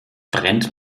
brennt